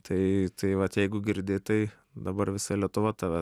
tai tai vat jeigu girdi tai dabar visa lietuva tave